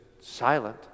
silent